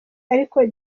ariko